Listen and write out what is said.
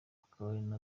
akaba